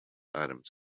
adams